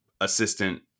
assistant